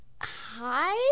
hi